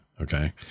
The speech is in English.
okay